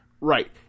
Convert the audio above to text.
Right